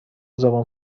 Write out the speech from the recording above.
زبان